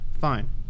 Fine